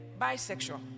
bisexual